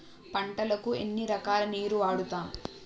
పంటలకు ఎన్ని రకాల నీరు వాడుతం?